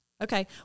Okay